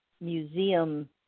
museum